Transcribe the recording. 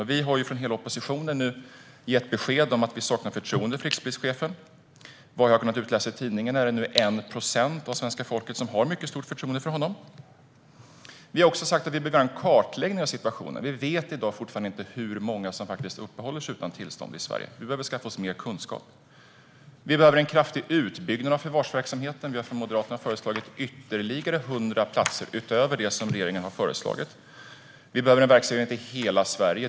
Vi har nu från hela oppositionen gett besked om att vi saknar förtroende för rikspolischefen. I tidningarna har jag kunnat utläsa att det nu är 1 procent av svenska folket som har mycket stort förtroende för honom. Vi har också sagt att vi vill göra en kartläggning av situationen. Vi vet fortfarande inte hur många som faktiskt uppehåller sig i Sverige utan tillstånd. Vi behöver skaffa oss mer kunskap. Vi behöver en kraftig utbyggnad av förvarsverksamheten. Vi har från Moderaterna föreslagit ytterligare 100 platser utöver det som regeringen har föreslagit. Vi behöver en verksamhet i hela Sverige.